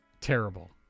Terrible